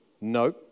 No